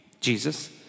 Jesus